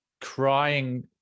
crying